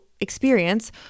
experience